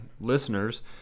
listeners